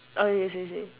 oh you say you say